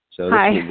Hi